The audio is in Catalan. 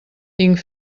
tinc